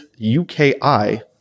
UKI